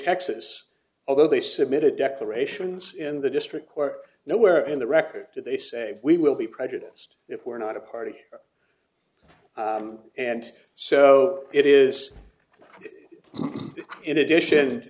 texas although they submitted declarations in the district court no where in the record did they say we will be prejudiced if we are not a party and so it is in addition